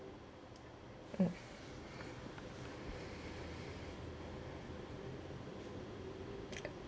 mm